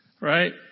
Right